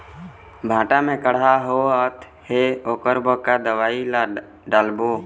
भांटा मे कड़हा होअत हे ओकर बर का दवई ला डालबो?